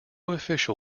official